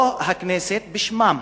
או הכנסת, בשמם?